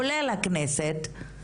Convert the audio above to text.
כולל הכנסת,